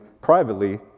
privately